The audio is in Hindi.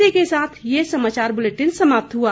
इसी के साथ ये समाचार बुलेटिन समाप्त हुआ